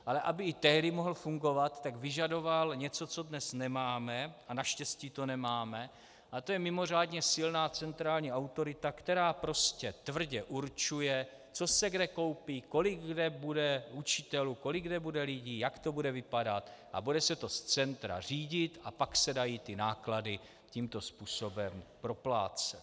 Ale aby i tehdy mohl fungovat, tak vyžadoval něco, co dnes nemáme, a naštěstí to nemáme, a to je mimořádně silná centrální autorita, která prostě tvrdě určuje, co se kde koupí, kolik kde bude učitelů, kolik kde bude lidí, jak to bude vypadat, a bude se to z centra řídit a pak se dají náklady tímto způsobem proplácet.